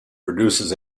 produces